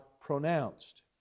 pronounced